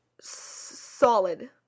solid